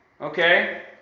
okay